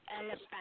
elephant